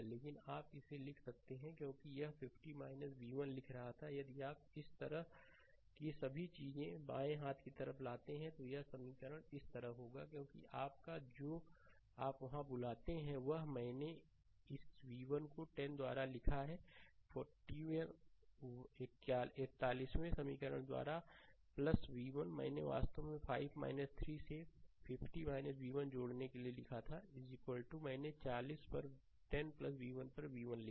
लेकिन आप इसे लिख सकते हैं क्योंकि यह 50 v1 लिख रहा था यदि आप इस तरह की सभी चीजें बाएं हाथ की तरफ लाते हैं तो यह समीकरण इस तरह होगा क्योंकि आपका जो आप वहां बुलाते हैं वह मैंने इस v1 को 10 द्वारा लिखा है 41 वें समीकरण द्वारा v1 जो मैंने वास्तव में 5 3 से 50 v1 जोड़ने के लिए लिखा था मैंने 40 पर 10 v1 पर v1 लिखा